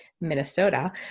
Minnesota